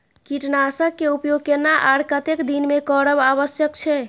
कीटनाशक के उपयोग केना आर कतेक दिन में करब आवश्यक छै?